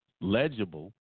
legible